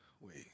wait